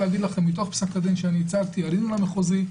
מתוך פסק הדין שאני ייצגתי, עלינו למחוזי,